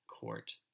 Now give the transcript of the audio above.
court